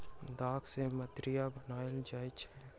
दाख सॅ मदिरा बनायल जाइत अछि